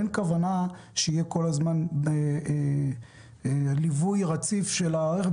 שאין כוונה שכל הזמן יהיה ליווי רציף של הרכב,